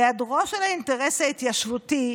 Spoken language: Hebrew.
היעדרו של האינטרס ההתיישבותי,